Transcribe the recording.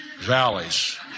valleys